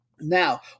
Now